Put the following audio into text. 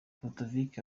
petrovic